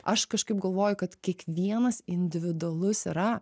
aš kažkaip galvoju kad kiekvienas individualus yra